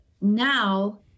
now